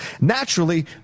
naturally